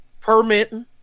permitting